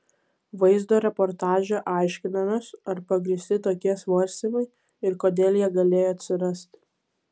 vaizdo reportaže aiškinamės ar pagrįsti tokie svarstymai ir kodėl jie galėjo atsirasti